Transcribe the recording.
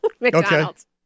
McDonald's